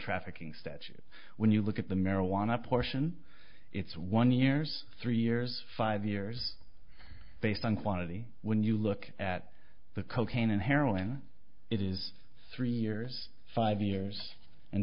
trafficking statute when you look at the marijuana portion it's one years three years five years based on quantity when you look at the cocaine and heroin it is three years five years